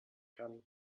kann